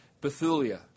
Bethulia